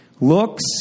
Looks